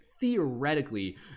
theoretically